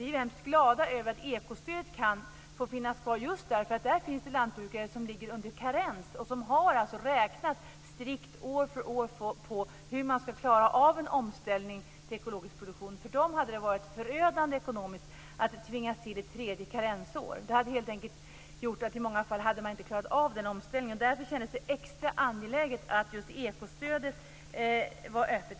Vi är hemskt glada över att ekostödet kan få finnas kvar just därför att det finns lantbrukare som ligger under karens och som strikt har räknat år för år hur man ska klara av en omställning till ekologisk produktion. För dem hade det varit ekonomiskt förödande att tvingas till ett tredje karensår. Det hade helt enkelt gjort att man i många fall inte hade klarat av den omställningen. Därför känns det extra angeläget att just ekostödet var öppet.